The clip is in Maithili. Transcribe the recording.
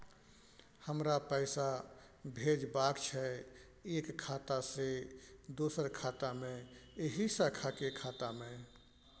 हमरा पैसा भेजबाक छै एक खाता से दोसर खाता मे एहि शाखा के खाता मे?